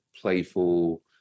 playful